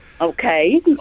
Okay